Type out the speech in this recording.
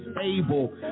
able